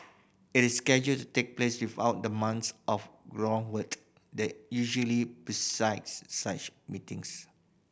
it is scheduled to take place without the months of groundwork that usually precedes such meetings